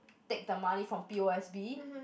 take the money from P_O_S_B